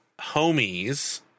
Homies